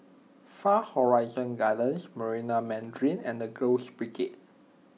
Far Horizon Gardens Marina Mandarin and the Girls Brigade